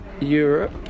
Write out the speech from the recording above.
Europe